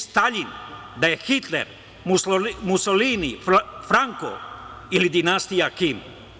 Staljin, da je Hitler, Musolini, Franko ili dinastija Kim.